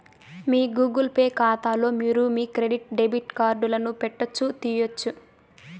మీ Google Pay కాతాలో మీరు మీ క్రెడిట్ డెబిట్ కార్డులను పెట్టొచ్చు, తీయొచ్చు